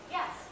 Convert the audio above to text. Yes